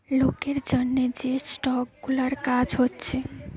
লোকের জন্যে যে স্টক গুলার কাজ হচ্ছে